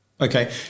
Okay